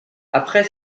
après